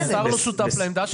גם השר לא שותף לעמדה שלו.